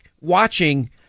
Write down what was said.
watching